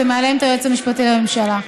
ומעליהם את היועץ המשפטי לממשלה.